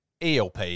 ELP